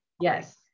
yes